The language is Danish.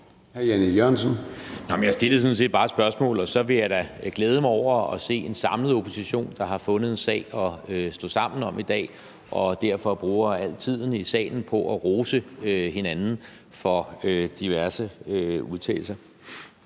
sådan set bare spørgsmålet. Så vil jeg da glæde mig over at se en samlet opposition, der har fundet en sag at stå sammen om i dag og derfor bruger al tiden i salen på at rose hinanden for diverse udtalelser.